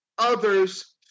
Others